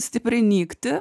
stipriai nykti